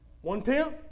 One-tenth